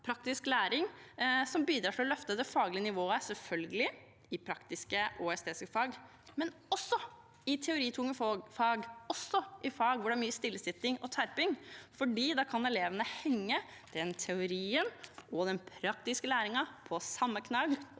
praktisk læring. Det bidrar til å løfte det faglige nivået i praktiske og estetiske fag, selvfølgelig, men også i teoritunge fag og fag hvor det er mye stillesitting og terping, for da kan elevene henge teorien og den praktiske læringen på samme knagg,